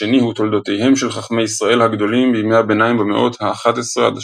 השני הוא תולדותיהם של חכמי ישראל הגדולים בימי הביניים במאות ה-13–11.